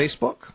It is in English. Facebook